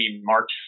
March